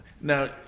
Now